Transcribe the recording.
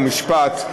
חוק ומשפט,